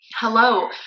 Hello